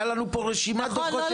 הייתה לנו פה רשימת דו"חות